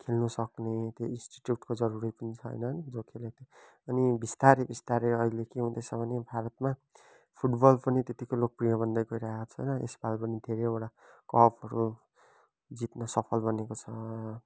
खेल्नु सक्ने त्यो इन्स्टिट्युटको जरुरी पनि छैनन् जो खेले अनि बिस्तारै बिस्तारै अहिले के हुँदैछ भने भारतमा फुटबल पनि त्यत्तिको लोकप्रिय बन्दै गइरहेको छ होइन यसपालि पनि धेरैवटा कपहरू जित्न सफल बनेको छ